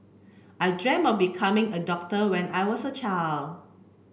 I dream of becoming a doctor when I was a child